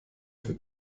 für